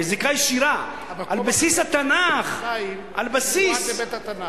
יש זיקה ישירה, על בסיס התנ"ך, מיועד לבית-התנ"ך.